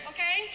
Okay